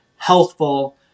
Healthful